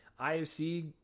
IFC